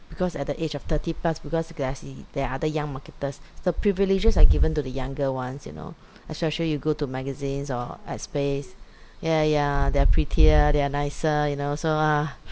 because at the age of thirty plus because there are other young marketers the privileges are given to the younger ones you know especially you go to magazines or at space yeah yeah they're prettier they're nicer you know so ah